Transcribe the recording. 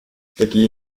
такие